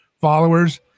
followers